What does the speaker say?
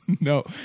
No